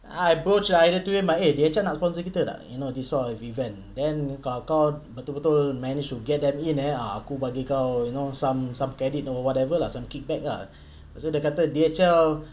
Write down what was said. I broached either to him by eh D_H_L nak sponsor kita tak you know this sort of event then kalau kau betul-betul managed to get them in eh aku bagi kau you know some some credit or whatever lah some kickback lah so dia kata D_H_L